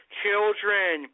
children